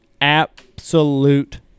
absolute